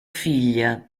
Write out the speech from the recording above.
figlia